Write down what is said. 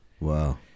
Wow